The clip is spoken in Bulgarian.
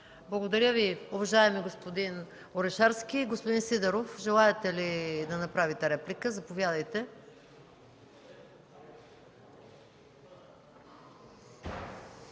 Благодаря Ви, уважаеми господин Орешарски. Господин Сидеров, желаете ли да направите реплика? Заповядайте.